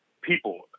people